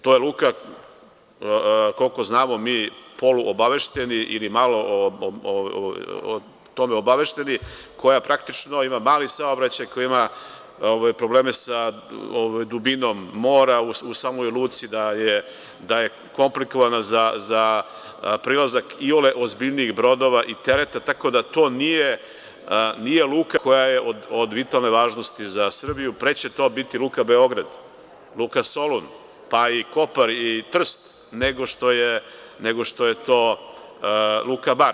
To je luka, koliko znamo mi poluobavešteni ili malo o tome obavešteni, koja praktično ima mali saobraćaj, koja imaprobleme sa dubinom mora u samoj luci, da je komplikovana za prilazak iole ozbiljnijih brodova i tereta, tako da to nije luka koja je od vitalne važnosti za Srbiju, pre će to biti Luka Beograd, Luka Solun, pa i Kopar i Trst nego što je to Luka Bar.